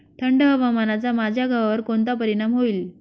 थंड हवामानाचा माझ्या गव्हावर कोणता परिणाम होईल?